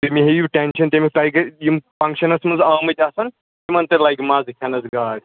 تُہۍ مہٕ ہیٚیِو ٹٮ۪نشَن تَمیُک تۄہہِ گہٕ یِم فنٛگشَنَس منٛز آمٕتۍ آسَن تِمَن تہِ لَگہِ مَزٕ کھٮ۪نَس گاڈ